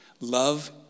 Love